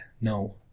no